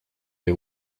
del